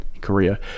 Korea